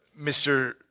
Mr